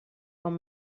com